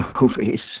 movies